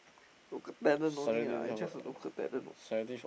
local talent no need lah it's just a local talent